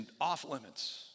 off-limits